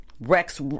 Rex